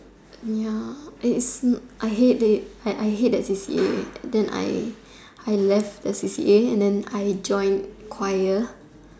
ya it is I hate it like I hate that C_C_A then I I left the C_C_A and then I join choir